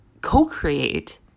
co-create